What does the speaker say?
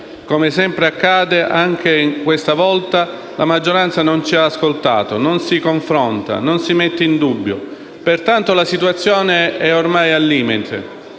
come sempre accade, anche questa volta la maggioranza non ci ha ascoltato, non si confronta e non si mette in dubbio. Pertanto la situazione è ormai al limite.